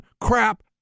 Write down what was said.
crap